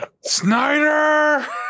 Snyder